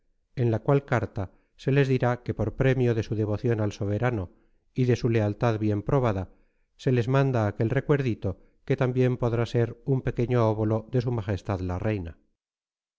en la cual carta se les dirá que por premio de su devoción al soberano y de su lealtad bien probada se les manda aquel recuerdito que también podrá ser un pequeño óbolo de s m la reina